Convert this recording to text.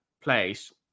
place